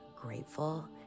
grateful